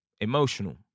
emotional